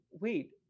wait